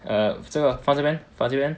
err 这个放这边放这边